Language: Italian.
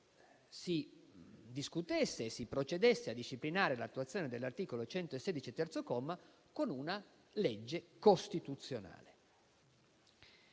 si discutesse e si procedesse a disciplinare l'attuazione dell'articolo 116, terzo comma, con una legge costituzionale.